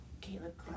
Caleb